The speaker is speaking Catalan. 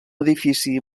edifici